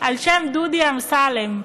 על שם דודי אמסלם,